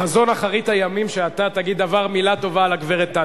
חזון אחרית הימים שאתה תגיד מלה טובה על הגברת תאצ'ר.